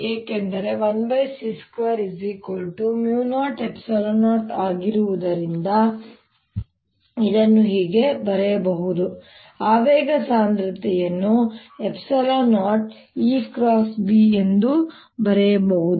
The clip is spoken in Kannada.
ಏಕೆಂದರೆ 1c200 ಆಗಿರುವುದರಿಂದ ಇದನ್ನು ಹೀಗೆ ಬರೆಯಬಹುದು ಆವೇಗ ಸಾಂದ್ರತೆಯನ್ನು 0 EB ಎಂದೂ ಬರೆಯಬಹುದು